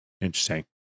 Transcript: Interesting